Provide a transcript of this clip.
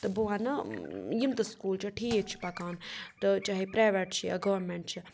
تہٕ بہٕ وَنہٕ یِم تہِ سکوٗل چھِ ٹھیٖک چھُ پَکان تہٕ چاہے پرٛایویٹ چھِ یا گورمٮ۪نٛٹ چھِ